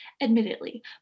admittedly